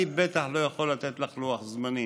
אני בטח לא יכול לתת לך לוח זמנים,